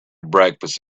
breakfast